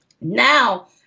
now